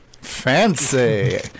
Fancy